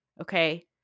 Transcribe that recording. Okay